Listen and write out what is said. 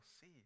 see